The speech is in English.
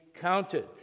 counted